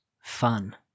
fun